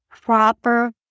proper